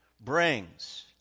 brings